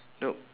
nope